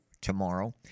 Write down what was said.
tomorrow